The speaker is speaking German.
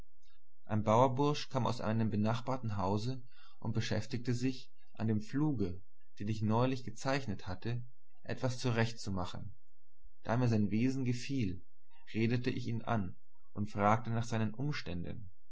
ein bauerbursch kam aus einem benachbarten hause und beschäftigte sich an dem pfluge den ich neulich gezeichnet hatte etwas zurecht zu machen da mir sein wesen gefiel redete ich ihn an fragte nach seinen umständen